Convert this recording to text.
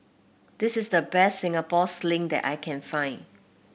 this is the best Singapore Sling that I can find